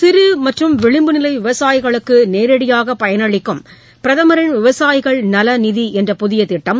சிறு மற்றும் விளிம்பு நிலை விவசாயிகளுக்கு நேரடியாக பயனளிக்கும் பிரதமரின் விவசாயிகள் நல நிதி என்ற புதிய திட்டும்